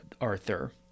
Arthur